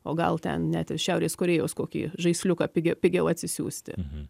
o gal ten net ir šiaurės korėjos kokį žaisliuką pigiau pigiau atsisiųsti